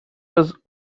was